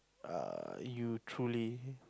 err you truly